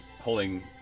Holding